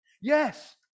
Yes